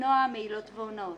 למנוע מעילות והונאות.